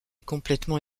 complètement